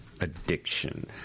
addiction